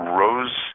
rose